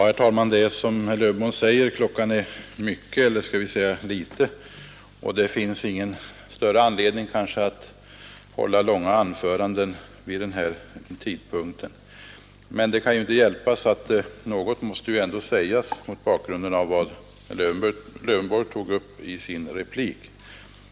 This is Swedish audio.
Herr talman! Klockan är mycket, som herr Lövenborg säger, och det finns kanske ingen större anledning att hålla långa anföranden vid den här tidpunkten. Men det kan inte hjälpas att något ändå måste sägas mot bakgrunden av vad herr Lövenborg tog upp i sitt inlägg.